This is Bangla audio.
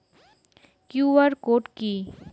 কিউ.আর কোড কি?